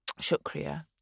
Shukriya